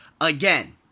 Again